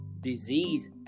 disease